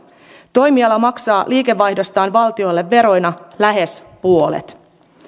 toimiala maksaa liikevaihdostaan valtiolle veroina lähes puolet